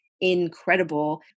incredible